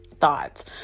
thoughts